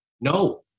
No